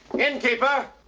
innkeeper!